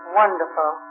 wonderful